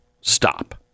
stop